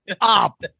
up